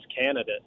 candidate—